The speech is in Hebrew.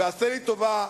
ועשה לי טובה: